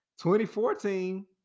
2014